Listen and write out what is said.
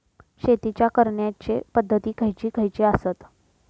शेतीच्या करण्याचे पध्दती खैचे खैचे आसत?